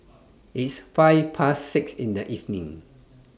its five Past six in The evening